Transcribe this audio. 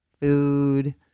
food